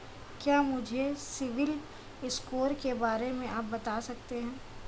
क्या मुझे सिबिल स्कोर के बारे में आप बता सकते हैं?